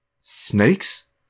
Snakes